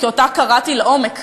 כי אותה קראתי לעומק,